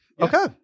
Okay